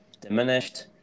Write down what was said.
Diminished